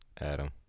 Adam